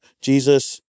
Jesus